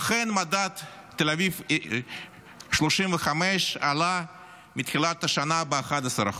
אכן מדד תל אביב 35 עלה מתחילת השנה ב-11%,